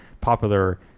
popular